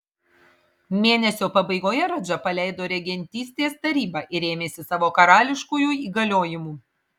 mėnesio pabaigoje radža paleido regentystės tarybą ir ėmėsi savo karališkųjų įgaliojimų